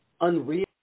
unreal